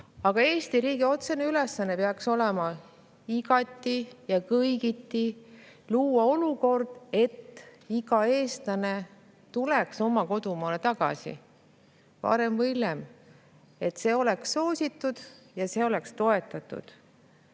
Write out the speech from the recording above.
aga Eesti riigi otsene ülesanne peaks olema igati ja kõigiti luua selline olukord, et iga eestlane tuleks oma kodumaale tagasi, varem või hiljem, et see oleks soositud ja see oleks toetatud.